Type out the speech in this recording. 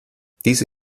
diese